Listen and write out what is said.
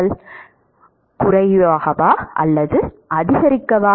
மாணவர் ஆமாம் குறைக்கவா அல்லது அதிகரிக்கவா